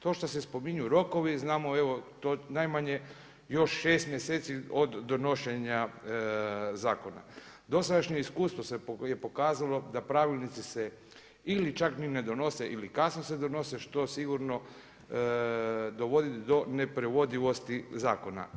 To što se spominju rokovi znamo evo to najmanje još šest mjeseci od donošenja zakona, dosadašnje iskustvo je pokazalo da se pravilnici ili čak ni ne donose ili se kasno donose što sigurno dovodi do neprovedivosti zakona.